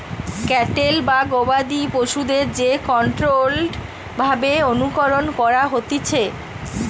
cattle বা গবাদি পশুদের যে কন্ট্রোল্ড ভাবে অনুকরণ করা হতিছে